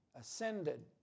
Ascended